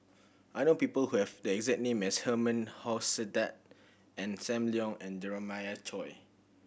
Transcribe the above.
I know people who have the exact name as Herman Hochstadt Ong Sam Leong and Jeremiah Choy